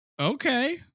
okay